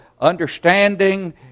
understanding